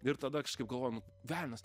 ir tada kažkaip galvoju nu velnias